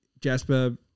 Jasper